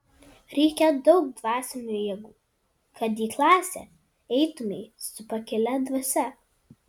reikia daug dvasinių jėgų kad į klasę eitumei su pakilia dvasia